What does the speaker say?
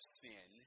sin